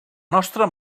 nostra